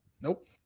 Nope